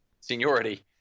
seniority